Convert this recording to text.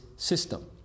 system